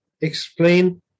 explain